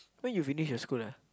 when you finish your school ah